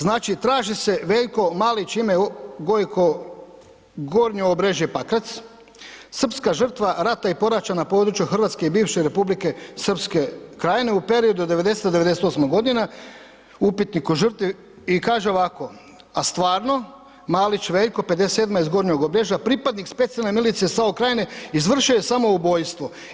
Znači, traži se Veljko Malić ime Gojko, Gornje Obrežje, Pakrac, srpska žrtva rata i poraća na području Hrvatske i bivše republike Srpske Krajine u periodu od 90. do 98. godine, upitnik o žrtvi i kaže ovako: „A stvarno Malić Veljko 57. iz Gornjeg Obrežja pripadnik Specijalne milicije SAO Krajine izvršio je samoubojstvo.